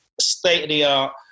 state-of-the-art